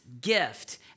gift